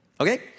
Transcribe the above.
Okay